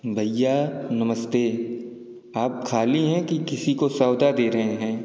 भैया नमस्ते आप खाली हैं कि किसी को सौदा दे रहे हैं